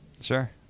Sure